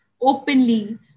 openly